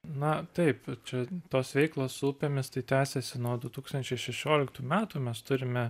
na taip čia tos veiklos su upėmis tai tęsiasi nuo du tūkstančiai šešioliktų metų mes turime